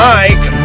Mike